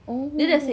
oh